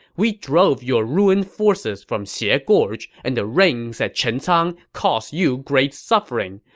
we drove your ruined forces from xie ah gorge, and the rains at chencang caused you great suffering.